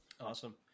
Awesome